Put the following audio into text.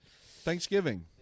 Thanksgiving